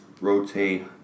rotate